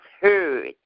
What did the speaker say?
heard